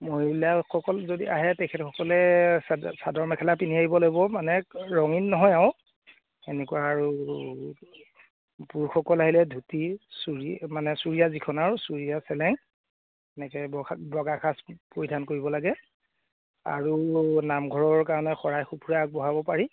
মহিলাসকল যদি আহে তেখেতসকলে চাদৰ মেখেলা পিন্ধি আহিব লাগিব মানে ৰঙীণ নহয় আৰু তেনেকুৱা আৰু পুৰুষসকল আহিলে ধুতি চুৰি মানে চুৰিয়া যিখন আৰু চুৰিয়া চেলেং তেনেকে বগা সাজ পৰিধান কৰিব লাগে আৰু নামঘৰৰ কাৰণে শৰাই সঁফুৰা আগবঢ়াব পাৰি